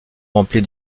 remplie